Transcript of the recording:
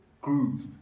Groove